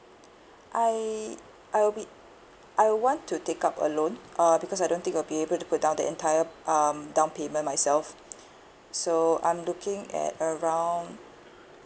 I I'll be I want to take up a loan uh because I don't think I'll be able to put down the entire um down payment myself so I'm looking at around